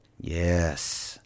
yes